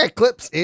clips